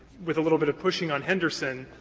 with a little bit of pushing on henderson,